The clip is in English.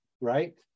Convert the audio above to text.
Right